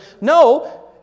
No